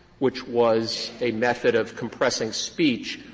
which was a method of compressing speech,